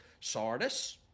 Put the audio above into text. Sardis